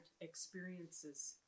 experiences